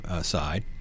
side